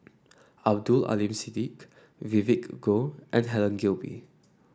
Abdul Aleem Siddique Vivien Goh and Helen Gilbey